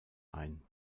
ein